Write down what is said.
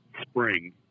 spring